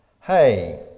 hey